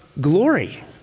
glory